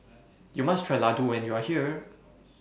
YOU must Try Ladoo when YOU Are here